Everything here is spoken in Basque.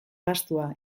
gastua